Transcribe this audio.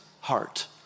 heart